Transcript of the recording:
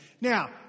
Now